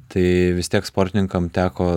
tai vis tiek sportininkam teko